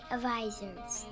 Advisors